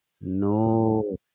no